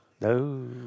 no